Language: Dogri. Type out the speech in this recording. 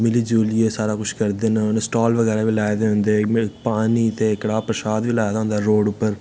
मिली जुलियै सारा कुछ करदे न स्टॉल बगैरा बी लाए दे होंदे न पानी ते कड़ाह् परशाद बी लाए दा होंदा रोड़ उप्पर